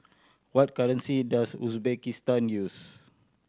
what currency does Uzbekistan use